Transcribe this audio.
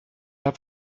pas